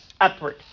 upward